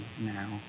now